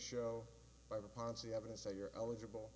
show by the poncy evidence that you're eligible